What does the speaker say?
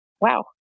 wow